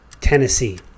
Tennessee